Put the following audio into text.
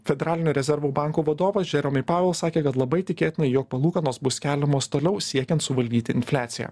federalinio rezervų banko vadovas jeremy powell sakė kad labai tikėtina jog palūkanos bus keliamos toliau siekiant suvaldyti infliaciją